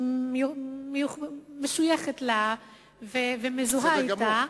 שמשויכת לה ומזוהה אתה,